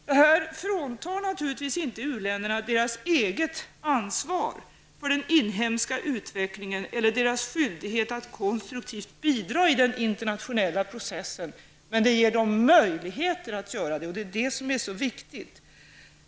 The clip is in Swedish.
Detta fråntar naturligtvis inte u-ländernas deras eget ansvar för den inhemska utvecklingen eller deras skyldighet att konstruktivt bidra i den internationella processen, men det ger dem möjlighet att göra det. Det är det som är så viktigt.